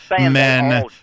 men